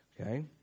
okay